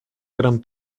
gran